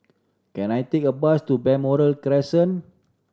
can I take a bus to Balmoral Crescent